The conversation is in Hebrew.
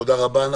תודה רבה.